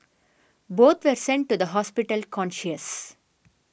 both were sent to the hospital conscious